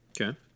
Okay